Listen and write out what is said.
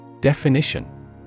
Definition